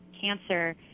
cancer